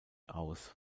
aus